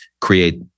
create